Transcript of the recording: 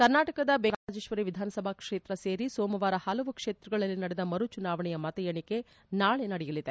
ಕರ್ನಾಟಕದ ಬೆಂಗಳೂರಿನ ರಾಜರಾಜೇಶ್ವರಿ ವಿಧಾನಸಭಾ ಕ್ಷೇತ್ರ ಸೇರಿ ಸೋಮವಾರ ಹಲವು ಕ್ಷೇತ್ರಗಳಲ್ಲಿ ನಡೆದ ಮರು ಚುನಾವಣೆಯ ಮತ ಎಣಿಕೆ ನಾಳೆ ನಡೆಯಲಿದೆ